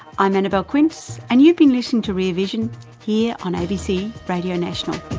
i'm anabelle quince, and you've been listening to rear vision here on abc radio national.